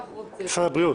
נציגת משרד הבריאות.